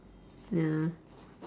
ya